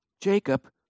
Jacob